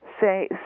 Say